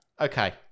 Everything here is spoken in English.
Okay